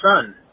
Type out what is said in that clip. son